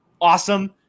Awesome